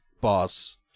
boss